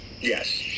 Yes